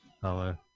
Hello